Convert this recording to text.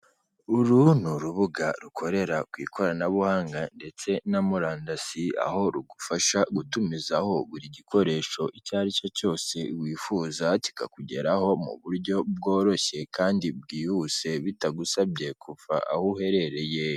Uru ni urubuga rukorera ku ikoranabuhanga ndetse na murandasi aho rugufasha gutumizaho buri gikoresho icyo ari cyo cyose wifuza kikakugeraho mu buryo bworoshye kandi bwihuse bitagusabye kuva aho uherereye.